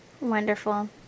Wonderful